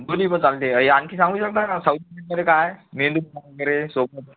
दोन्ही पण चालते आणखी सांगू शकता साऊथमध्ये काय मेनू वगैरे सोबत